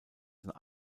sein